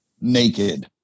naked